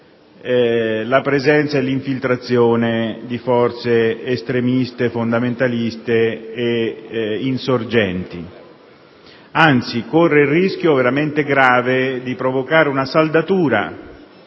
la presenza e l'infiltrazione di forze estremiste, fondamentaliste e insorgenti; anzi corre il rischio veramente grave di provocare una saldatura